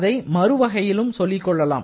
அதை மறு வகையிலும் சொல்லிக் கொள்ளலாம்